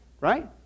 Right